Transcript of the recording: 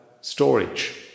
storage